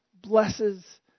blesses